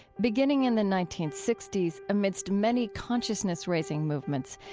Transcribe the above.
beginning in the nineteen sixty s, amidst many consciousness-raising movements,